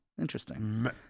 Interesting